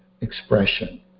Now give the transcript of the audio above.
expression